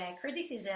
criticism